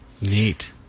Neat